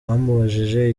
bamubajije